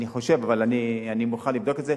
אני חושב, אבל אני מוכן לבדוק את זה.